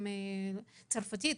צרפתית,